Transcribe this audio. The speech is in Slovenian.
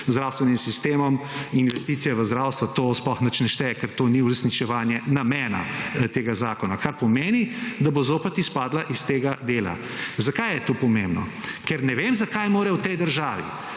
zdravstvenim sistemom. Investicije v zdravstvo to sploh nič ne šteje, ker to ni uresničevanje namena tega zakona, kar pomeni, da bo zopet izpadla iz tega dela. Zakaj je to pomembno – ker ne vem, zakaj mora v tej državi